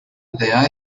there